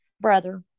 brother